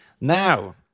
Now